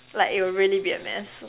like it'll really be a mess